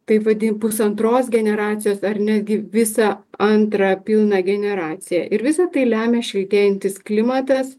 taip vadint pusantros generacijos ar netgi visą antrą pilną generaciją ir visą tai lemia šiltėjantis klimatas